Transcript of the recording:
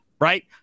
right